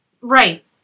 Right